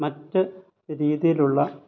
മറ്റ് രീതിയിലുള്ള